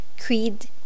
creed